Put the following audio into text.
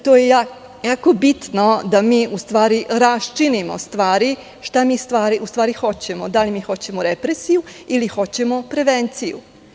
To je jako bitno, da mi raščinimo stvari, šta mi u stvari hoćemo, da li hoćemo represiju ili hoćemo prevenciju.